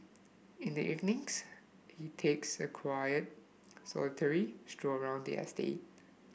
in the evenings he takes a quiet solitary stroll around the